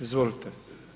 Izvolite.